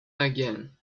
again